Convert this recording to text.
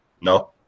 No